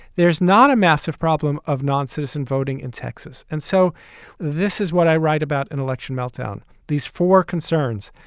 there's not a massive problem of noncitizen voting in texas. and so this is what i write about an election meltdown. these four concerns,